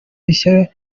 rishya